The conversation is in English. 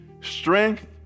Strength